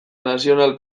nazional